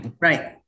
Right